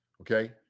Okay